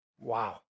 Wow